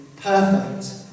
perfect